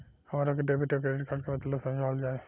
हमरा के डेबिट या क्रेडिट कार्ड के मतलब समझावल जाय?